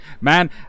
Man